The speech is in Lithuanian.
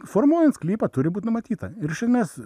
formuojant sklypą turi būt numatyta ir iš esmės